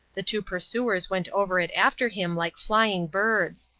the two pursuers went over it after him like flying birds.